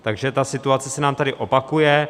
Takže ta situace se nám tady opakuje.